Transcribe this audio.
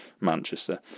manchester